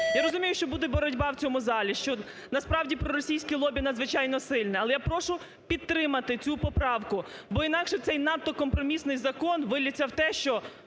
Я розумію, що буде боротьба в цьому залі, що насправді проросійські лобі надзвичайно сильні. Але я прошу підтримати цю поправку. Бо інакше цей надто компромісний закон виллється в те, що…